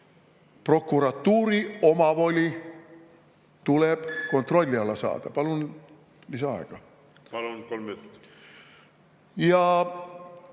prokuratuuri omavoli tuleb kontrolli alla saada. Palun lisaaega. Palun, kolm minutit!